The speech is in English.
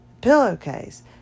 pillowcase